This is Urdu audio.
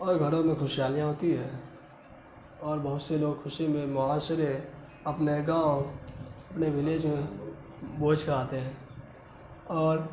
اور گھروں میں خوشیاں ہوتی ہے اور بہت سے لوگ خوشی میں معاشرے اپنے گاؤں اپنے ولیج میں بھوج کراتے ہیں اور